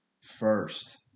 first